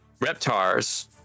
Reptars